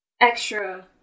extra